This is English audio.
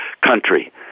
country